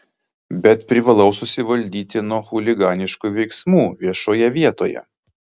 bet privalau susivaldyti nuo chuliganiškų veiksmų viešoje vietoje